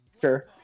Sure